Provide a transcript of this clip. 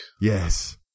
Yes